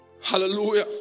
Hallelujah